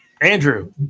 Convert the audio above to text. Andrew